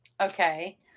Okay